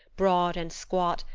broad and squat,